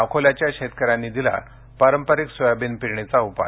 अकोल्याच्या शेतकऱ्यांनी दिला पारंपरिक सोयाबीन पेरणीचा उपाय